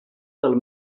del